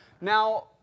Now